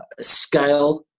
scale